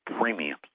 premiums